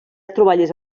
troballes